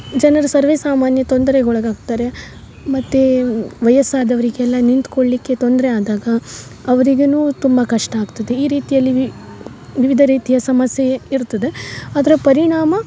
ಜನರು ಸರ್ವೇಸಾಮಾನ್ಯ ತೊಂದರೆಗೆ ಒಳಗಾಗ್ತಾರೆ ಮತ್ತು ವಯಸ್ಸಾದವರಿಗೆಲ್ಲ ನಿಂತ್ಕೊಳ್ಳಲ್ಲಿಕ್ಕೆ ತೊಂದರೆ ಆದಾಗ ಅವರಿಗೆನು ತುಂಬ ಕಷ್ಟ ಆಗ್ತದೆ ಈ ರೀತಿಯಲ್ಲಿ ವಿವಿಧ ರೀತಿಯ ಸಮಸ್ಯೆ ಇರ್ತದೆ ಅದರ ಪರಿಣಾಮ